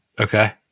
Okay